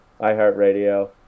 iHeartRadio